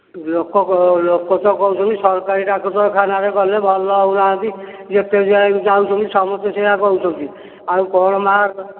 ଲୋକ ଲୋକ ତ କହୁଛନ୍ତି ସରକାରୀ ଡାକ୍ତରଖାନାରେ ଗଲେ ଭଲ ହେଉନାହାନ୍ତି ଯେତେ ଯିଏ ଯାଉଛନ୍ତି ସମସ୍ତେ ସେୟା କହୁଛନ୍ତି ଆଉ କ'ଣ ମା'